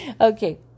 Okay